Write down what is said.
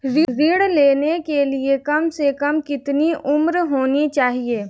ऋण लेने के लिए कम से कम कितनी उम्र होनी चाहिए?